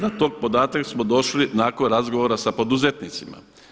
Na taj podatak smo došli nakon razgovora sa poduzetnicima.